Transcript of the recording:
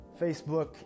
Facebook